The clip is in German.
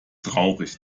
traurig